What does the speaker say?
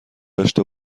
داشته